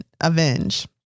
avenge